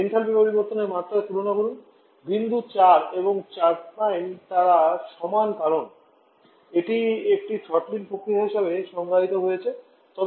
enthalpy পরিবর্তনের মাত্রার তুলনা করুন বিন্দু 4 এবং 4 তারা সমান কারণ এটি একটি থ্রোটলিং প্রক্রিয়া হিসাবে সংজ্ঞায়িত হয়েছে